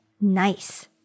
nice